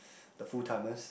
the full timers